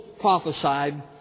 prophesied